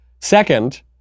Second